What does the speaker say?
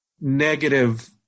negative